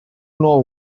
know